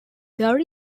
there